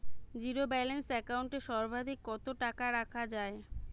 Zero balance account এ সর্বাধিক কত টাকা রাখা য়ায়?